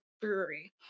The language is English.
brewery